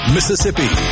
Mississippi